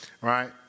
right